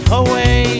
away